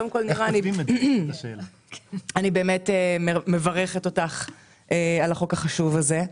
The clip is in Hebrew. נירה, על החוק החשוב הזה.